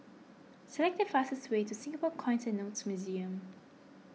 select the fastest way to Singapore Coins and Notes Museum